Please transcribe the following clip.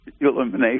elimination